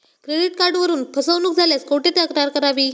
Credit कार्डवरून फसवणूक झाल्यास कुठे तक्रार करावी?